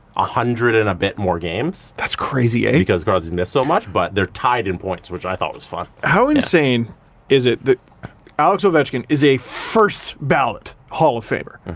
a hundred and a bit more games. that's crazy, ah. because crosby's missed so much, but they're tied in points, which i thought was fun. how insane is it that aleks ovechkin is a first-ballot hall-of-famer?